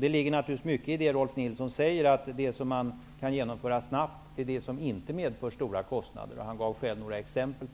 Det ligger naturligtvis mycket i det som Rolf L Nilson säger, nämligen att det som snabbt kan genomföras inte medför stora kostnader. Han gav själv några exempel.